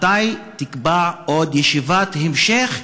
מתי תקבע עוד ישיבת המשך,